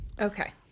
Okay